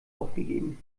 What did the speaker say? aufgegeben